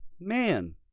man